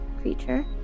creature